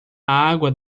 água